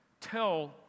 tell